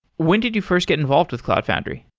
when did you first get involved with cloud foundry?